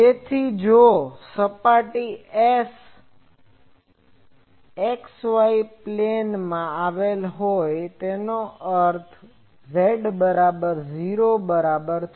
તેથી જો સપાટી S x y પ્લેનમાં આવેલ હોય એનો અર્થ z બરાબર 0 બરાબર છે